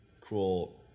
cool